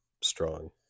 strong